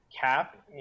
Cap